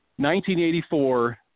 1984